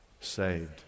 Saved